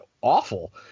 awful